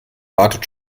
wartet